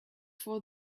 for